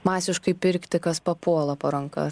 masiškai pirkti kas papuola po ranka